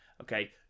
okay